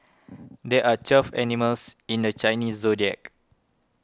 there are twelve animals in the Chinese zodiac